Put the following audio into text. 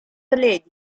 lady